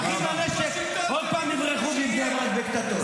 ואחים לנשק עוד פעם יברחו --- בקטטות.